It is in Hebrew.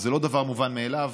וזה לא דבר מובן מאליו,